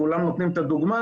כולם נותנים את הדוגמה,